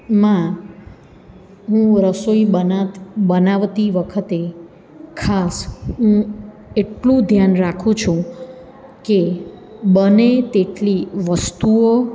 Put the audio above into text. માં હું રસોઈ બનાવતી વખતે ખાસ હું એટલું ધ્યાન રાખું છું કે બને તેટલી વસ્તુઓ